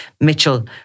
Mitchell